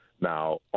Now